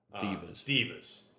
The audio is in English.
divas